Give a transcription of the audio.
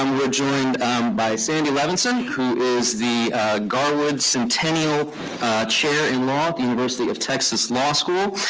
um we're joined by sandy levinson, who is the garwood centennial chair in law at the university of texas law school.